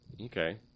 Okay